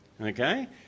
okay